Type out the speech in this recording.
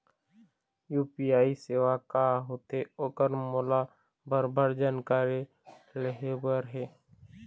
UPI सेवा का होथे ओकर मोला भरभर जानकारी लेहे बर हे?